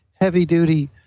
heavy-duty